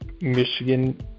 Michigan